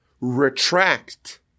retract